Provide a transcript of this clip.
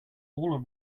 all